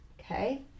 okay